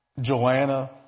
Joanna